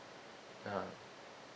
(uh huh)